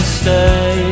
stay